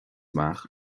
amach